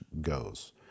goes